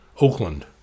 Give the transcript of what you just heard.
Oakland